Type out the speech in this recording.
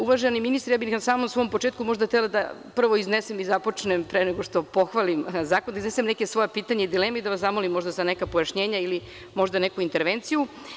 Uvaženi ministre, na samom svom početku bih htela da iznesem i započnem, pre nego što pohvalim zakon, da iznesem neka svoja pitanja i dileme i da vas zamolim za neka pojašnjenja ili možda neku intervenciju.